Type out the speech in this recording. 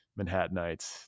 Manhattanites